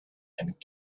and